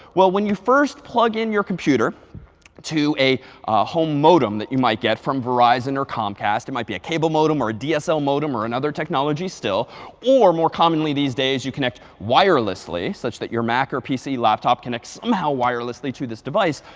well, when you first plug in your computer to a home modem that you might get from verizon or comcast it might be a cable modem or a dsl modem or another technology still or more commonly these days, you connect wirelessly, such that your mac or pc laptop connects somehow wirelessly to this device,